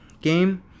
game